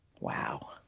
Wow